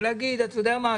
ולהגיד: אתה יודע מה?